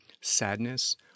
sadness